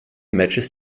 matches